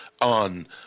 on